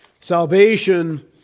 Salvation